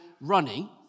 running